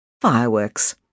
Fireworks